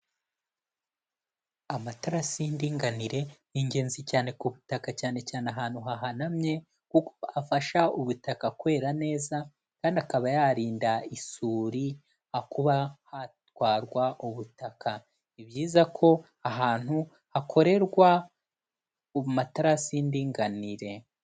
Amatarasi y'indinganire ni ingenzi cyane ku butaka cyane cyane ahantu hahanamye, kuko hafasha ubutaka kwera neza kandi akaba yarinda isuri kuba hatwarwa ubutaka, ni byiza ko ahantu hakorerwa amatarasi y'indinganire.